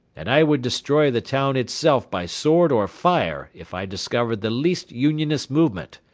and i would destroy the town itself by sword or fire if i discovered the least unionist movement.